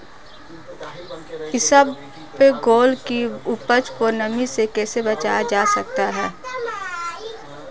इसबगोल की उपज को नमी से कैसे बचाया जा सकता है?